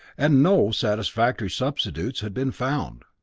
and no satisfactory substitutes had been found.